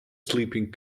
sleeping